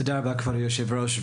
תודה רבה, כבוד יושב הראש.